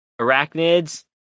arachnids